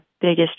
biggest